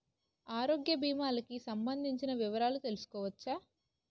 ఆరోగ్య భీమాలకి సంబందించిన వివరాలు తెలుసుకోవచ్చా?